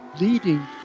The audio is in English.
leading